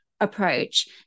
approach